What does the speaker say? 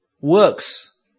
works